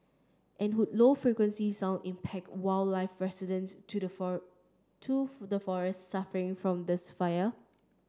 and would low frequency sound impact wildlife resident to the for to the forests suffering from this fire